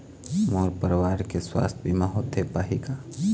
मोर परवार के सुवास्थ बीमा होथे पाही का?